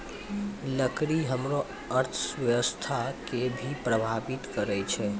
लकड़ी हमरो अर्थव्यवस्था कें भी प्रभावित करै छै